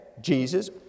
Jesus